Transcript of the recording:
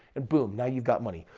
and boom, now you've got money.